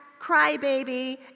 Crybaby